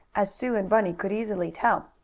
as sue and bunny could easily tell.